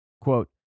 Quote